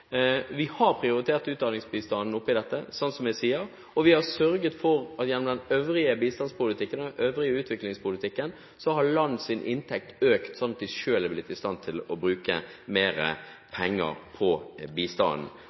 Vi har prioritert utdanningsbistanden i dette, slik som vi sier, og vi har sørget for at landenes inntekter har økt gjennom den øvrige bistandspolitikken og den øvrige utviklingspolitikken, slik at de selv er blitt i stand til å bruke mer penger på